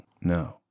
no